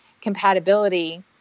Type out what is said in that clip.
compatibility